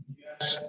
yes.